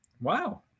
Wow